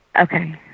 Okay